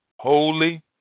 holy